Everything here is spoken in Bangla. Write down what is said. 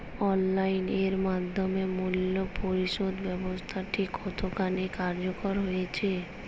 অনলাইন এর মাধ্যমে মূল্য পরিশোধ ব্যাবস্থাটি কতখানি কার্যকর হয়েচে?